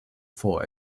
for